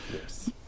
Yes